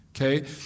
Okay